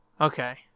Okay